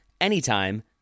anytime